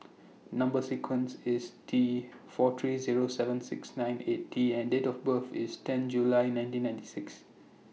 Number sequence IS T four three Zero seven six nine eight T and Date of birth IS ten July nineteen ninety six